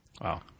Wow